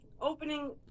opening